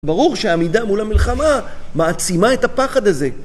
ברור שהעמידה מול המלחמה מעצימה את הפחד הזה.